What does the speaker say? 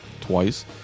twice